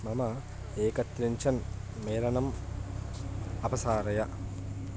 मम एकत्रिंशन् मेलनम् अपसारय